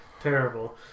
terrible